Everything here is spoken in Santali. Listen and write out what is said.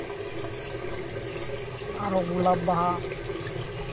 ᱟᱨᱚ ᱜᱳᱞᱟᱵᱽ ᱵᱟᱦᱟ